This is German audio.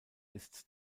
ist